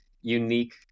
unique